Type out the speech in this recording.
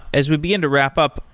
as we begin to wrap up,